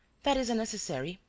that is unnecessary.